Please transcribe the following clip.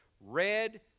Red